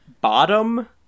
bottom